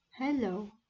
Hello